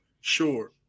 Sure